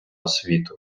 освіту